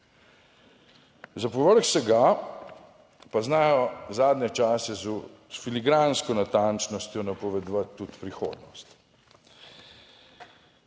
Za povrh vsega pa znajo zadnje čase s filigransko natančnostjo napovedovati tudi prihodnost.